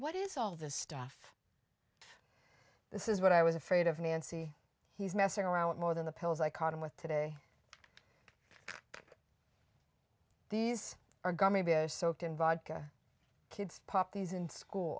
what is all this stuff this is what i was afraid of nancy he's messing around with more than the pills i caught him with today these are gummy bears soaked in vodka kids pop these in school